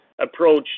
approach